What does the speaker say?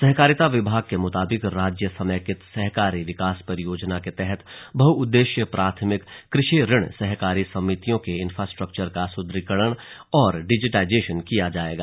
सहकारिता विभाग के मुताबिक राज्य समेकित सहकारी विकास परियोजना के तहत बहउदेश्यीय प्राथमिक कृषि ऋण सहकारी समितियों के इन्फ्रास्ट्रक्चर का सुद्रढ़ीकरण और डिजिटाईजेशन किया जाएगा